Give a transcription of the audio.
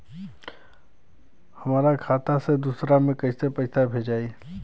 हमरा खाता से दूसरा में कैसे पैसा भेजाई?